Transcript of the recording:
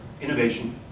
innovation